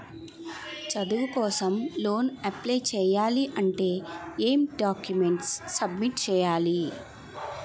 చదువు కోసం loan apply చేయాలి అంటే ఎం డాక్యుమెంట్స్ సబ్మిట్ చేయాలి?